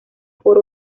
por